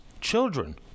children